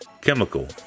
chemical